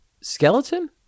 skeleton